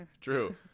True